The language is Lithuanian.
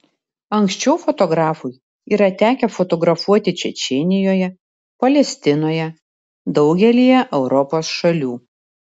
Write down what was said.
anksčiau fotografui yra tekę fotografuoti čečėnijoje palestinoje daugelyje europos šalių